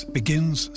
begins